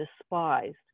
despised